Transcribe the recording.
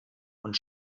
und